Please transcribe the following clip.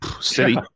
City